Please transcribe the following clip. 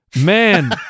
Man